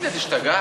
תגידי, את השתגעת?